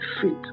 fit